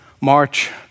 march